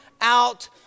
out